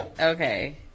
Okay